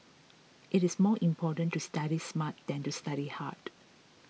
it is more important to study smart than to study hard